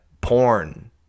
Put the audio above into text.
porn